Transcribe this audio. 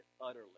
utterly